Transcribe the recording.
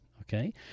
okay